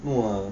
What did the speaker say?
!wah!